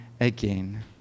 again